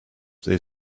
they